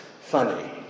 funny